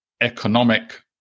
economic